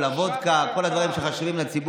בושה וחרפה.